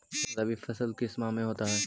रवि फसल किस माह में होता है?